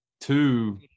Two